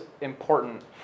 important